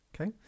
okay